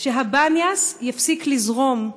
שהבניאס יפסיק לזרום.